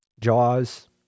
Jaws